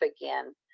again